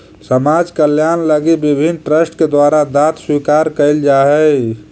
समाज कल्याण लगी विभिन्न ट्रस्ट के द्वारा दांत स्वीकार कैल जा हई